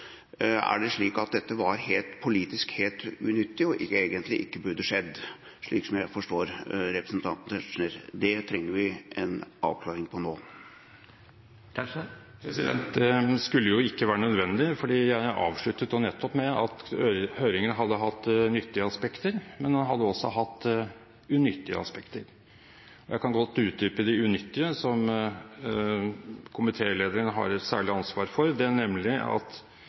Er det slik at dette var politisk helt unyttig og egentlig ikke burde skjedd – slik som jeg forstår representanten Tetzschner? Det trenger vi en avklaring på nå. Det skulle jo ikke være nødvendig, for jeg avsluttet nettopp med at høringen hadde hatt nyttige aspekter – men den har også hatt unyttige aspekter. Jeg kan godt utdype de unyttige, som komitélederen har et særlig ansvar for. Det er nemlig slik at